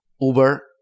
Uber